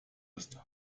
ist